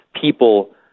people